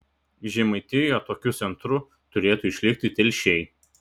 žemaitijoje tokiu centru turėtų išlikti telšiai